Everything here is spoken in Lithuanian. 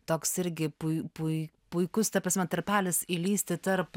toks irgi pui pui puikus ta prasme tarpelis įlįsti tarp